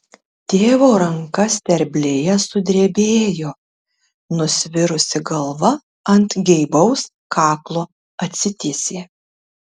tėvo ranka sterblėje sudrebėjo nusvirusi galva ant geibaus kaklo atsitiesė